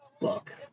Look